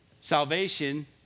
Salvation